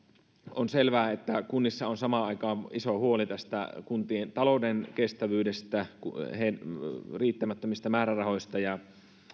on selvää että kunnissa on samaan aikaan iso huoli tästä kuntien talouden kestävyydestä riittämättömistä määrärahoista ja